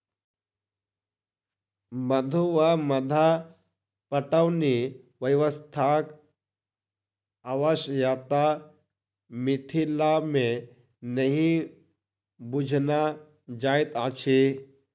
मद्दु वा मद्दा पटौनी व्यवस्थाक आवश्यता मिथिला मे नहि बुझना जाइत अछि